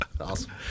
Awesome